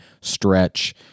stretch